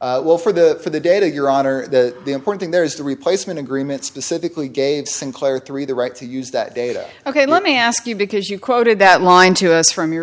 well for the for the data your honor the important thing there is the replacement agreement specifically gave sinclair three the right to use that data ok let me ask you because you quoted that line to us from your